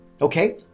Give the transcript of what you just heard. okay